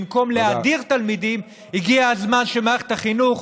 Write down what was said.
במקום להדיר תלמידים, הגיע הזמן שמערכת החינוך